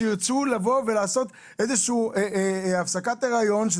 שירצו לעשות איזושהי הפסקת היריון,